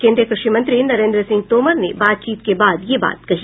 केंद्रीय कृषि मंत्री नरेंद्र सिंह तोमर ने बातचीत के बाद यह बात कही